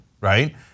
right